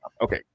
Okay